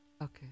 Okay